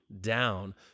down